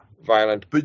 violent